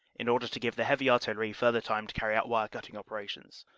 in order to give the heavy artillery further time to carry out wire-cutting operations.